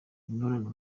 imibonano